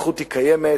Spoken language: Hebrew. המתיחות קיימת,